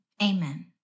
amen